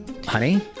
Honey